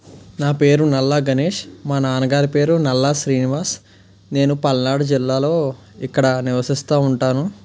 నా పేరు నల్లా గణేష్ మా నాన్నగారి పేరు నల్లా శ్రీనివాస్ నేను పల్నాడు జిల్లాలో ఇక్కడ నివసిస్తు ఉంటాను